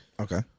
Okay